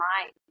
mind